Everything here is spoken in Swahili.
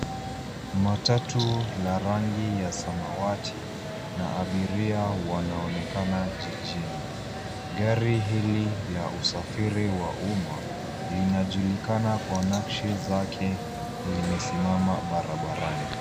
Matatu la rangi ya samawati na abiria wanaonekana jijini. Gari hili la usafiri wa umma linajulikana kwa nakshi zake limesimama barabarani.